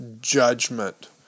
Judgment